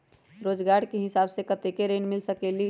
रोजगार के हिसाब से कतेक ऋण मिल सकेलि?